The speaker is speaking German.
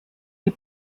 wie